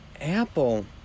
Apple